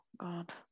God